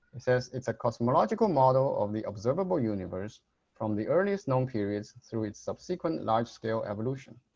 it says it's a cosmological model of the observable universe from the earliest known periods and through its subsequent large-scale evolution.